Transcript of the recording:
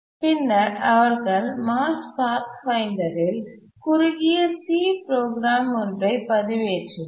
பின்னர் அவர்கள் மார்ச்பாத்ஃபைண்டர் ல் குறுகிய சி ப்ரோக்ராம் ஒன்றை பதிவேற்றினர்